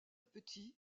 petit